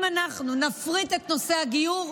אם אנחנו נפריט את נושא הגיור,